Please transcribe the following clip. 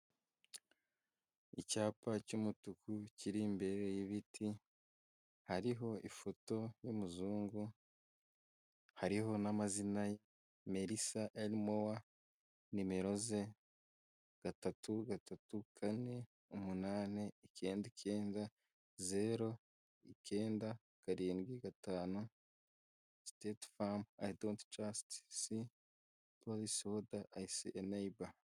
Icyapa cy'umutuku kiri imbere y'ibiti, hariho ifoto y'umuzungu hariho n'amazina Melisa harimo nimero ze gatatu gatatu kane umunani ikenda ikenda, zero ikenda karindwi gatanu, siteye famu ayi donti jasite si wneyiba.